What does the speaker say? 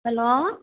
hello